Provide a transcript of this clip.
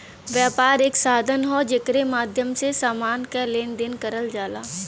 व्यापार एक साधन हौ जेकरे माध्यम से समान क लेन देन करल जाला